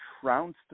trounced